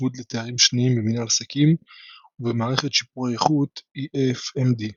באיגוד לתארים שניים במנהל עסקים ובמערכת שיפור האיכות של EFMD .